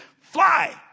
fly